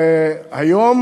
והיום